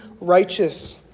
righteous